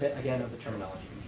again, of the terminology.